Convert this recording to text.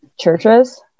churches